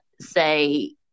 say